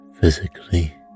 physically